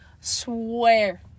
Swear